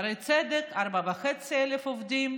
בשערי צדק, 4,500 עובדים,